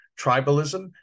Tribalism